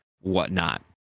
whatnot